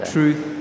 truth